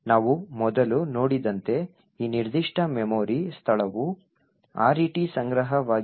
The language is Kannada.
ನಾವು ಮೊದಲು ನೋಡಿದಂತೆ ಈ ನಿರ್ದಿಷ್ಟ ಮೆಮೊರಿ ಸ್ಥಳವು RET ಸಂಗ್ರಹವಾಗಿರುವ ಸ್ಥಳಕ್ಕೆ ಅನುರೂಪವಾಗಿದೆ